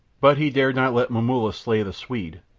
but he dared not let momulla slay the swede,